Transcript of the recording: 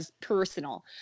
personal